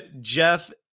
Jeff